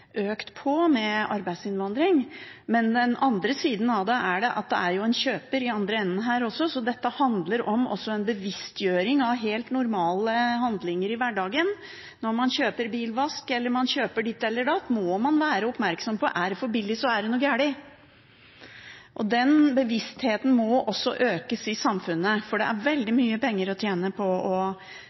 økt med arbeidsinnvandringen. Men den andre sida av det er jo at det er en kjøper i den andre enden, så dette handler også om en bevisstgjøring av helt normale handlinger i hverdagen. Når man kjøper en bilvask, ditt eller datt, må man være oppmerksom på at hvis det er for billig, så er det noe galt. Den bevisstheten må økes i samfunnet, for det er veldig mye penger å tjene på å